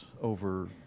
over